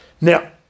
Now